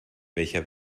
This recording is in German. welcher